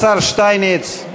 השר שטייניץ,